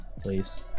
please